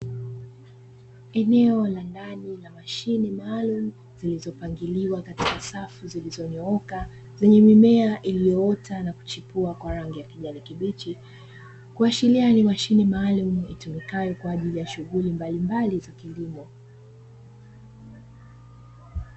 Eneo la ndani ya mashine maalumu zilizopangiliwa katika safu zilizonyooka zenye mimea iliyoota na kuchipua kwa rangi ya kijani kibichi, kuashiria ni mashine itumikayo kwa ajili ya shughuli mbalimbali za kilimo.